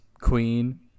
queen